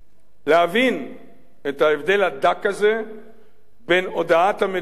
להבין את ההבדל הדק הזה בין הודעת המדינה,